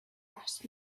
asked